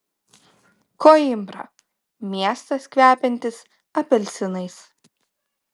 koimbra miestas kvepiantis apelsinais